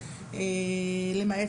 למעט,